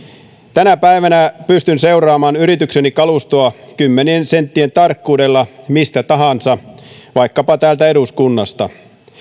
tänä päivänä pystyn seuraamaan yritykseni kalustoa kymmenien senttien tarkkuudella mistä tahansa vaikkapa täältä eduskunnasta